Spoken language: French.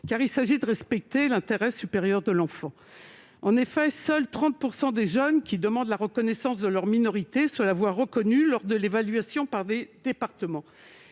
car il s'agit bien là de respecter l'intérêt supérieur de l'enfant. En effet, seuls 30 % des jeunes qui demandent la reconnaissance de leur minorité la voient reconnue lors de l'évaluation par les départements